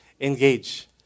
Engage